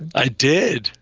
i did.